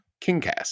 KingCast